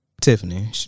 Tiffany